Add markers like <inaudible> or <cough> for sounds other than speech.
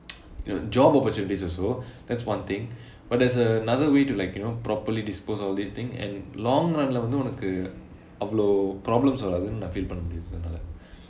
<noise> you know job opportunities also that's one thing but there's another way to like you know properly dispose of all these thing and long run leh வந்து உனக்கு அவ்வளோ:vanthu unakku avvalo problems வராது னா:varaathunu naa feel பண்ண முடிது என்னாலே:panna mudithu ennalae